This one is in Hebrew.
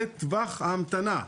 זה טווח ההמתנה.